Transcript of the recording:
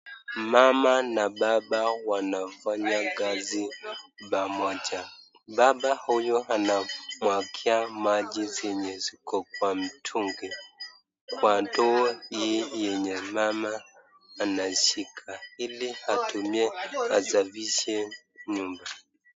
Mama na baba wanafanya kazi pamoja. Baba huyo anafua nguo kwa maji zenye ziko kwa mtungi. mama huyo anashika ili atumie